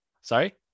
sorry